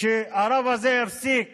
שהרב הזה יפסיק